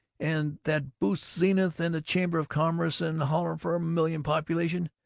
and that boost zenith and the chamber of commerce and holler for a million population.